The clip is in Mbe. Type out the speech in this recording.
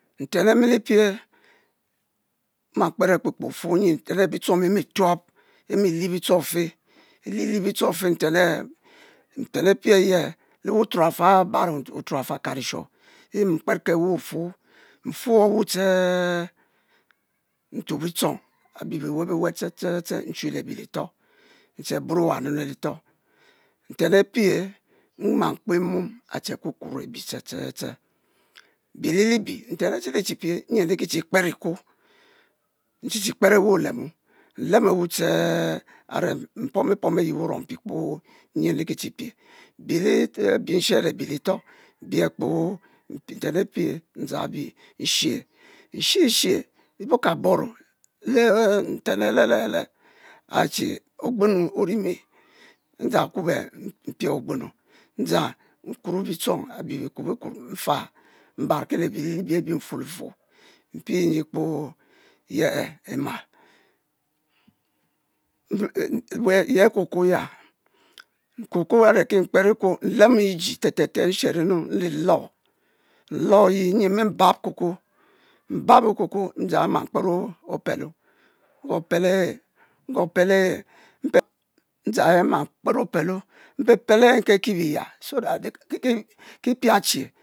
Nten amilipie oma kper akpe-kpe offuo, nyi nten ehe bitchong bi mi-tuop emi-lie bitchong-fe nten ehe nten apie ehe, le wuturo-afal abari wuturo afal akamrisho yi mi mkpe ki ewu offuo nffuo- wu ste ee ntuo bitchong abi be-wei be-wei ste ste ste nchu le bi le itoh, nche buro ewu le itoh, nteu apie nma kpe mom ache kukuor ebi ste ste ste, bi le-libie, ntem achili-chi pue, nyi nri ki chi kper ikuo, mchi chi kper ewu olemo, nlemo ewu ste ee a're mpomi pom ayi wurour gpi kpoo nyi nrikichi-pie abi nri ku nshem lebi le-itoh mi bie kpoo ntem apie ndzang ebi enshe, nshe-she, bi bour kaboin le-nten le-he-le le'he'le, a'che ogbonu ori mi, ndzang akubo ehe mpua ogbenu, ndzang nkuroow bitchong abi bikuo bikuor nfa mban ki, lebi abi nffuo-liffuo, mpie nyi kpoo, ye e emal, enh ye cocoa ya, cocoa a're ki mkper ekuo, nlemo iji letele nshero nu nlolo, ye nyi nmi bab cocoa, bubabab cocoa ndzang nma kper opelor nquo pelehe nquo pe ehe ndzang ehe nma kper opelo, mpepel ehe nkie ki biya so ehat ki-ki pia che.